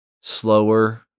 slower